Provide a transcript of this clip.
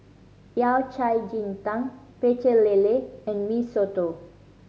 Yao Cai ji tang Pecel Lele and Mee Soto